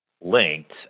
linked